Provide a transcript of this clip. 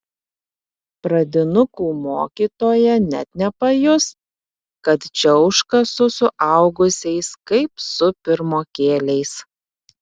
pradinukų mokytoja net nepajus kad čiauška su suaugusiais kaip su pirmokėliais